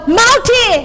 multi